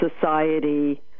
society